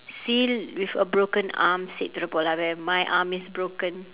seal with a broken arm said to the polar bear my arm is broken